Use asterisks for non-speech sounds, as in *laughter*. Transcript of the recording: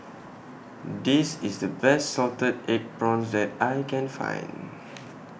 *noise* This IS The Best Salted Egg Prawns that I *noise* Can Find